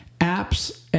apps